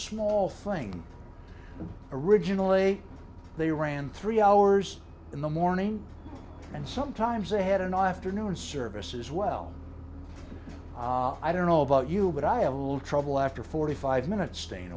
small thing originally they ran three hours in the morning and sometimes they had an eye afternoon services well i don't know about you but i have a little trouble after forty five minutes staying